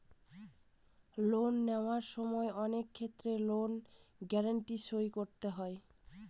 loan নেওয়ার সময় অনেক ক্ষেত্রে লোন গ্যারান্টি সই করা হয়